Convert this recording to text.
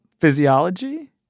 physiology